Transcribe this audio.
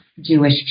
Jewish